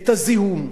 את הזיהום,